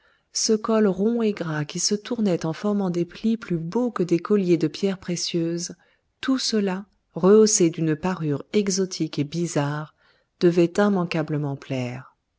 ce col rond et gras qui se tournait en formant des plis plus beaux que des colliers de pierres précieuses tout cela rehaussé d'une parure exotique et bizarre devait immanquablement plaire